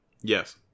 Yes